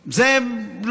זה העניין החשוב ביותר.